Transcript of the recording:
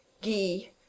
ghee